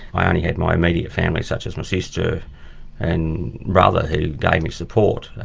i only had my immediate family, such as my sister and brother who gave me support.